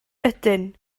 ydyn